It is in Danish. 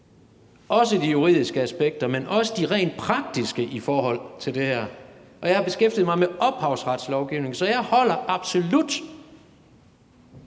med de juridiske aspekter, men også med de rent praktiske i forhold til det her, og jeg har beskæftiget mig med ophavsretslovgivningen. Så jeg holder absolut